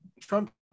Trump